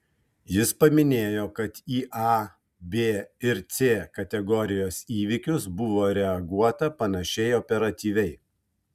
jis paminėjo kad į a b ir c kategorijos įvykius buvo reaguota panašiai operatyviai